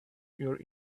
your